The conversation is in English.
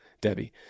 Debbie